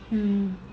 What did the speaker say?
hmm